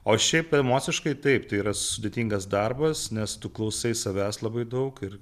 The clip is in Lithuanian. o šiaip emociškai taip tai yra sudėtingas darbas nes tu klausai savęs labai daug ir